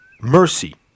mercy